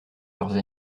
leurs